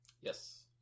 Yes